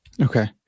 okay